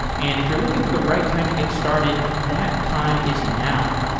and if you're looking for the right time to get started, that time is now.